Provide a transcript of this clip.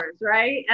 right